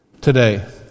today